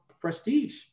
prestige